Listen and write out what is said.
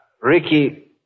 Ricky